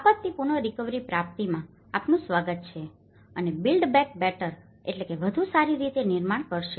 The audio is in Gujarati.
આપત્તિ પુનરિકવરી પ્રાપ્તિમાં આપનું સ્વાગત છે અને build back better back better વધુ સારી રીતે નિર્માણ કરશે